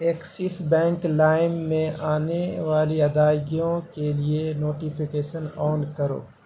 Axis Bank لائم میں آنے والی ادائیگیوں کے لیے نوٹیفیکیسن آن کرو